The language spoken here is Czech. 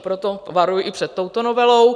Proto varuji i před touto novelou.